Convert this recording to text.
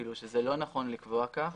שזה לא נכון לקבוע כך.,